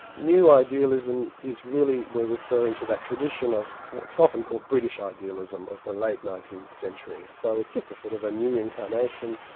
new idealism is really we're referring to that tradition of what's called british idealism of the late nineteenth century, so it's just a sort of a new incarnation,